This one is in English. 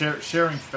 sharing